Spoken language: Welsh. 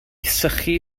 sychu